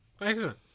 excellent